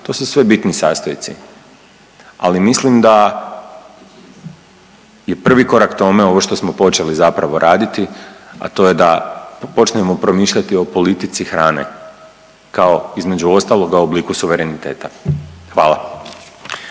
to su sve bitni sastojci. Ali mislim da je prvi korak tome ovo što smo počeli zapravo raditi, a to je da počnemo promišljati o politici hrane kao između ostaloga obliku suvereniteta. Hvala.